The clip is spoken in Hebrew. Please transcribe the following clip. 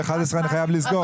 ב-11:00 אני חייב לסגור.